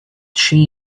she